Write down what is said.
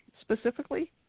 specifically